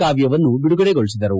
ಕಾವ್ಯವನ್ನು ಬಿಡುಗಡೆಗೊಳಿಸಿದರು